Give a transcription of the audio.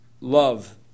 love